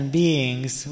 beings